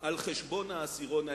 על חשבון העשירון העליון.